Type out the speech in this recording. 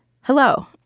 hello